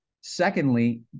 Secondly